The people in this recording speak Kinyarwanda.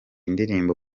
ndirimbo